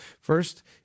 first